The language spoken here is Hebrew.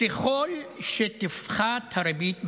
ככל שתפחת הריבית במשק.